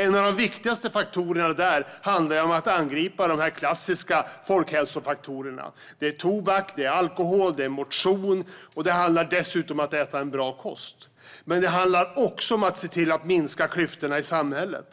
En av de viktigaste sakerna handlar om att angripa de klassiska folkhälsofaktorerna. Det är tobak, alkohol och motion. Det handlar dessutom om att äta en bra kost. Men det handlar också om att se till att minska klyftorna i samhället.